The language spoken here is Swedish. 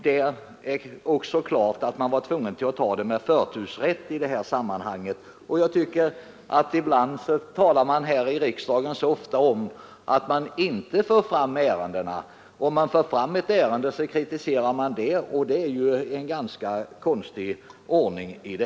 Det är uppenbart att man ansåg sig tvungen att ta upp förslaget med förtursrätt. Ofta talas det i riksdagen om att man inte får fram ärendena tillräckligt snabbt, men när vi nu har fått fram ett ärende snabbt, kritiseras också detta förfarande. Det är väl en konstig ordning!